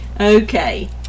Okay